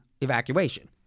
evacuation